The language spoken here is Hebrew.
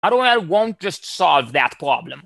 אני לא יודע, אני לא אפתור את הבעיה הזו.